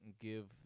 give